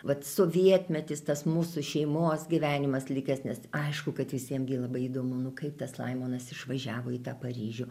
vat sovietmetis tas mūsų šeimos gyvenimas likęs nes aišku kad visiem labai įdomu kaip tas laimonas išvažiavo į tą paryžių